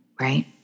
Right